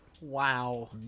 wow